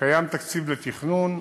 קיים תקציב לתכנון.